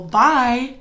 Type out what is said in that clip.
bye